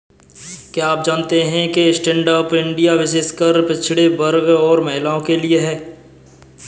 क्या आप जानते है स्टैंडअप इंडिया विशेषकर पिछड़े वर्ग और महिलाओं के लिए है?